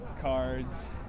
cards